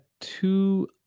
two